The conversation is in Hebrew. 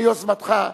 ביוזמתך,